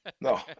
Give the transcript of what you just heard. No